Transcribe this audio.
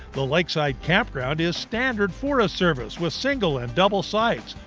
the lakeside campground is standard forest service with single and double sites,